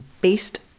based